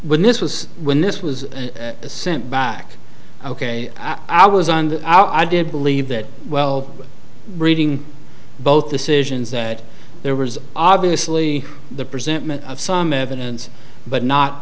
when this was when this was sent back ok i was on i did believe that well reading both decisions that there was obviously the present some evidence but not